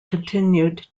continued